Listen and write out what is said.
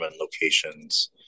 locations